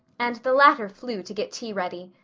and the latter flew to get tea ready.